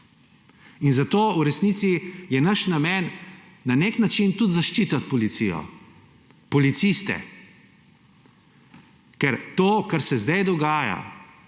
In zato je naš namen na nek način tudi zaščititi policijo, policiste. Ker to, kar se sedaj dogaja,